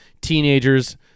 teenagers